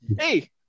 Hey